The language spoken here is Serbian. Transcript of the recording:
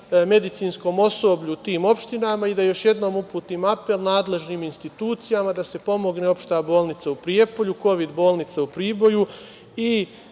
medicinskom osoblju u tim opštinama i da još jednom uputim apel nadležnim institucijama da se pomogne Opšta bolnica u Prijepolju, Kovid bolnica u Priboju i